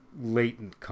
latent